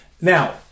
Now